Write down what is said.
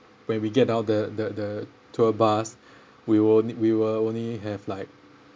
when we get out the the the tour bus we will we will only have like